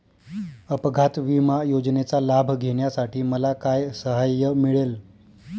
अपघात विमा योजनेचा लाभ घेण्यासाठी मला काय सहाय्य मिळेल?